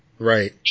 Right